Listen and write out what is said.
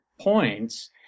points